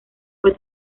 fue